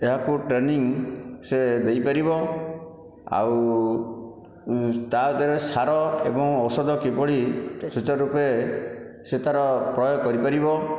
ଏହାକୁ ଟ୍ରେନିଂ ସେ ଦେଇପାରିବ ଆଉ ତା' ଦେହରେ ସାର ଏବଂ ଔଷଧ କିଭଳି ସୂଚାରୁ ରୂପେ ସେ ତାର ପ୍ରୟୋଗ କରିପାରିବ